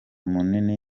munini